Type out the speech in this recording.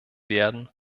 werden